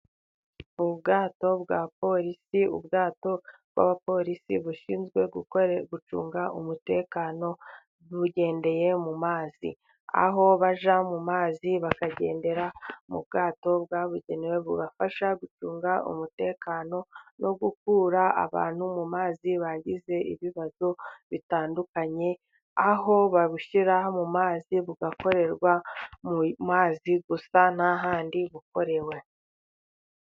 Ubwato bwa polisi, ubwato bw'abapolisi bushinzwe gukora gucunga umutekano bugendeye mu mazi, aho bajya mu mazi bakagendera mu bwato bwabugenewe bubafasha gucunga umutekano no gukura abantu mu mazi bagize ibibazo bitandukanye, aho babushyira mu mazi bugakorerwa mu mazi gusa ntahandi bukorewe.